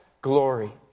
glory